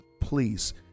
please